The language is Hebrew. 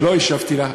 שלא השבתי עליה,